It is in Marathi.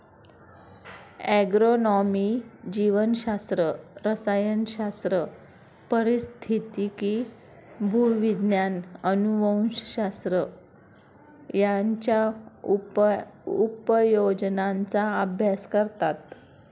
ॲग्रोनॉमी जीवशास्त्र, रसायनशास्त्र, पारिस्थितिकी, भूविज्ञान, अनुवंशशास्त्र यांच्या उपयोजनांचा अभ्यास करतात